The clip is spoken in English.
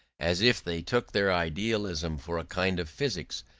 as if they took their idealism for a kind of physics,